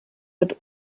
wird